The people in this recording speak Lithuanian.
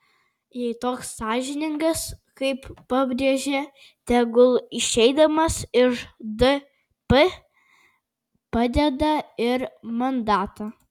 jei toks sąžiningas kaip pabrėžė tegul išeidamas iš dp padeda ir mandatą